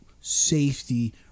safety